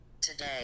today